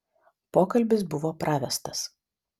pokalbis bus pravestas